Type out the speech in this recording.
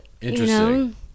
interesting